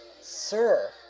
sir